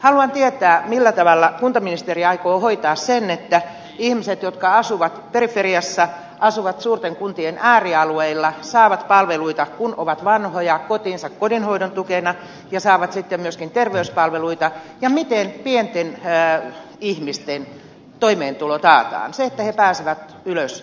haluan tietää millä tavalla kuntaministeri aikoo hoitaa sen että ihmiset jotka asuvat periferiassa asuvat suurten kuntien äärialueilla saavat palveluita kun ovat vanhoja kotiinsa kotihoidon tukea ja saavat sitten myöskin terveyspalveluita ja miten pienten ihmisten toimeentulo taataan se että he pääsevät ylös köyhyysrajalta